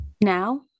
now